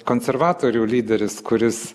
konservatorių lyderis kuris